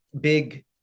big